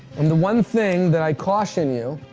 and the one thing that i caution you